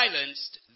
silenced